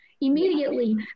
immediately